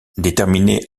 déterminé